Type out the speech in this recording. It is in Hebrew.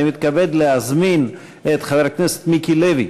אני מתכבד להזמין את חבר הכנסת מיקי לוי,